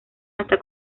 hasta